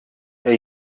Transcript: der